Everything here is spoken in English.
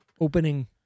Opening